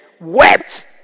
wept